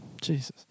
Jesus